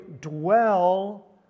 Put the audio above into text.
dwell